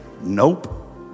nope